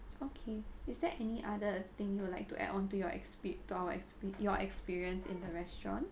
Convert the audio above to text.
okay is there any other thing you would like to add on to your expe~ to our expe~ your experience in the restaurant